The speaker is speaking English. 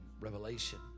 revelation